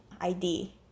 id